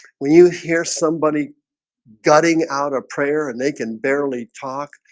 when you hear somebody gutting out a prayer and they can barely talk.